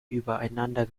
übereinander